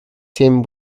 tim